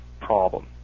problem